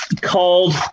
called